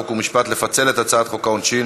חוק ומשפט לפצל את הצעת חוק העונשין